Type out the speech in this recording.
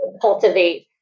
cultivate